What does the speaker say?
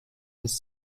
his